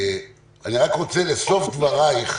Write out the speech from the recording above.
רוצה לסוף דברייך,